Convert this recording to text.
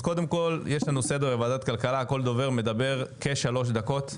יש סדר בוועדת כלכלה, כל דובר מדבר כשלוש דקות.